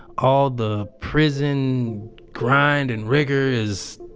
all the prison grind and rigor is,